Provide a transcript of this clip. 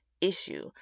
issue